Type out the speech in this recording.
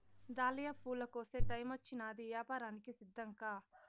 dahlia పూల కోసే టైమొచ్చినాది, యాపారానికి సిద్ధంకా